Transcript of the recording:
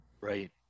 Right